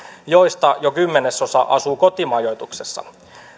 joista jo kymmenesosa asuu kotimajoituksessa